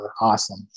awesome